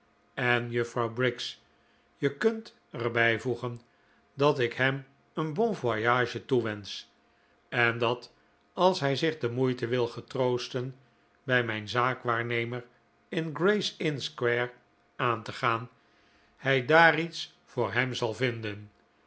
en juffrouw briggs je kunt er bijvoegen dat ik hem een bon voyage toewensch en dat als hij zich de moeite wil getroosten bij mijn zaakwaarnemer in gray's inn square aan te gaan hij daar iets voor hem zal vinden